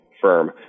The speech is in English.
firm